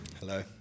Hello